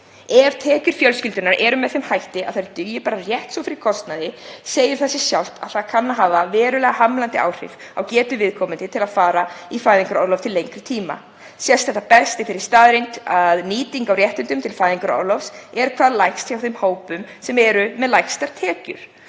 Ef tekjur fjölskyldunnar eru með þeim hætti að þær dugi bara rétt svo fyrir kostnaði segir það sig sjálft að það kann að hafa verulega hamlandi áhrif á getu viðkomandi til að fara í fæðingarorlof til lengri tíma. Sést þetta best af þeirri staðreynd að nýting á réttinum til fæðingarorlofs er hvað minnst hjá þeim hópum sem eru með lægstar tekjurnar,